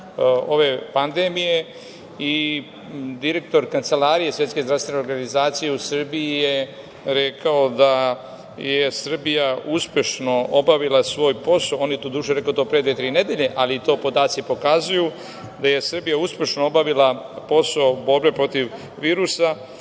ove pandemije. Direktor Kancelarije Svetske zdravstvene organizacije u Srbiji je rekao da je Srbija uspešno obavila svoj posao. On je, doduše, rekao to pre dve-tri nedelje, ali to podaci pokazuju, da je Srbija uspešno obavila posao borbe protiv virusa,